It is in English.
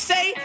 Say